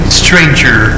stranger